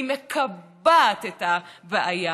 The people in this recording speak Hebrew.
היא מקבעת את הבעיה?